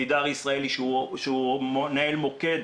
תדהר ישראלי שהוא מנהל מוקד